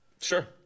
sure